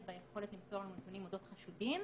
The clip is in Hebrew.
ביכולת למסור לנו נתונים אודות חשודים,